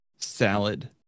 Salad